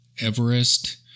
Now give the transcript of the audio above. Everest